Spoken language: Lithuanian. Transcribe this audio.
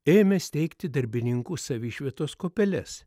ėmė steigti darbininkų savišvietos kuopeles